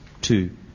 two